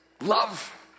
love